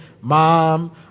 Mom